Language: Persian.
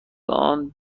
آنچه